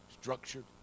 structured